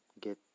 get